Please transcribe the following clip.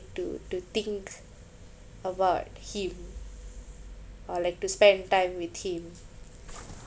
to to think about him or like to spend time with him